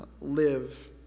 live